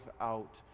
out